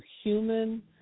human